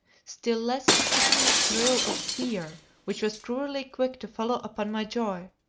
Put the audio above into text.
still less the sickening thrill of fear which was cruelly quick to follow upon my joy.